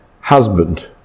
husband